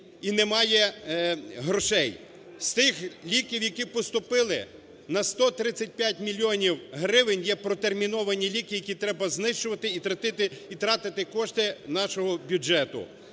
і немає грошей. З тих ліків, які поступили, на 135 мільйонів гривень є протерміновані ліки, які треба знищувати і тратити кошти нашого бюджету.